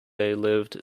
lived